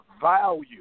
value